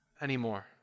anymore